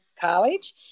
College